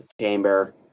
chamber